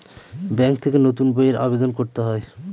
bank থেকে নতুন বইয়ের আবেদন করতে হয়